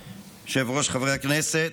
היושב-ראש, חברי הכנסת,